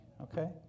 okay